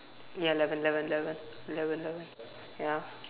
ya eleven eleven eleven eleven eleven ya